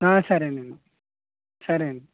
సరేనండి సరే అండి